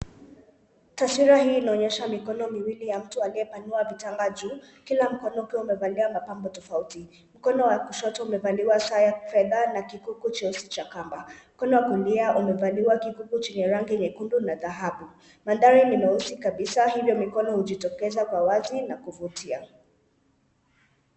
Taswira hii inaonyesha mikono miwili ya mtu aliyepanua vitanga juu. Kila mkono uko umevalia mapambo tofauti. Mkono wa kushoto umevaliwa saa fedha na kifuku cheusi cha kama mkono ya kulia umevaliwa kifuku chenye rangi nyekundu na dhahabu. Mandhari ni mweusi kabisa. Hivyo mikono hujitokeza kwa wazi na kuvutia.